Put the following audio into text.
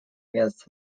against